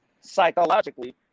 psychologically